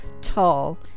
tall